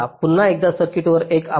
चला पुन्हा एकदा सर्किट करू